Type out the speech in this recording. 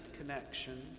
connection